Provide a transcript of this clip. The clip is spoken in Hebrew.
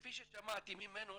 כפי ששמעתי ממנו,